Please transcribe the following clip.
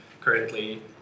currently